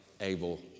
Abel